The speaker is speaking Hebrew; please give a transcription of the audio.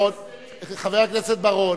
חבר הכנסת בר-און.